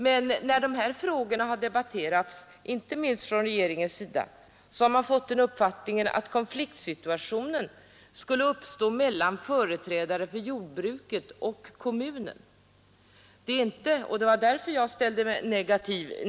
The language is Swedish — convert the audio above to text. Men när dessa frågor har debatterats, inte minst från regeringens sida, har man fått den uppfattningen att konfliktsituationen skulle uppstå mellan företrädare för jordbruket och kommunen. Det var därför jag ställde mig negativ.